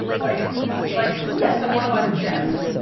like like yes, i wanna buy the jets.